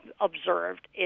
observed